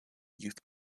youth